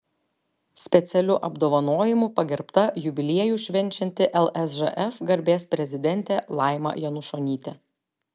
specialiu apdovanojimu pagerbta jubiliejų švenčianti lsžf garbės prezidentė laima janušonytė